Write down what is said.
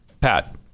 Pat